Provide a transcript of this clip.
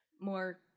more